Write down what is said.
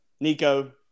Nico